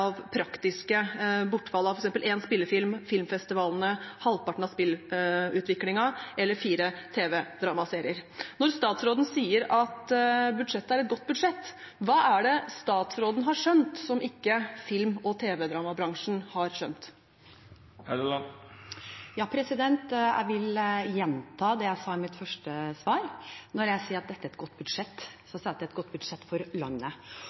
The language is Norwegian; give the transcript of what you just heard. budsjettet er et godt budsjett, hva er det statsråden har skjønt, som ikke film- og tv-dramabransjen har skjønt? Jeg vil gjenta det jeg sa i mitt første svar. Når jeg sier at dette er et godt budsjett, er det et godt budsjett for landet.